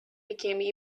became